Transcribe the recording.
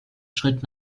schritt